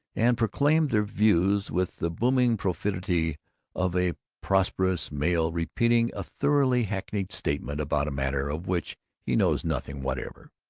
and proclaimed their views with the booming profundity of a prosperous male repeating a thoroughly hackneyed statement about a matter of which he knows nothing whatever.